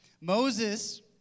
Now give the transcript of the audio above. Moses